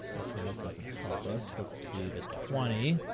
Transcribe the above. ok, that doesn't help us. let's see the twenty.